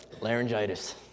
laryngitis